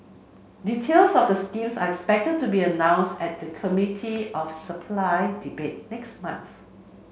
details of the scheme are expected to be announced at the Committee of Supply debate next month